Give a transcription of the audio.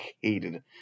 hated